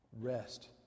Rest